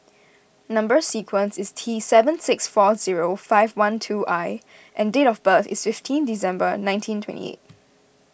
Number Sequence is T seven six four zero five one two I and date of birth is fifteen December nineteen twenty eight